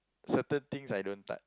certain things I don't touch